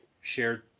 shared